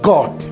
God